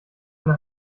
eine